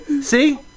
See